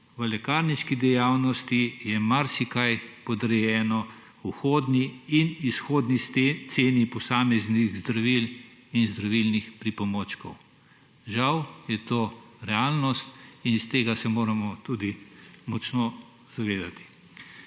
v lekarniški dejavnosti je marsikaj podrejeno vhodni in izhodni ceni posameznih zdravil in zdravilnih pripomočkov. Žal je to realnost in tega se moramo tudi močno zavedati.